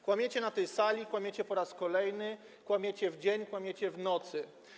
Kłamiecie na tej sali, kłamiecie po raz kolejny, kłamiecie w dzień, kłamiecie w nocy.